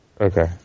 Okay